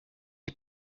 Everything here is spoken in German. die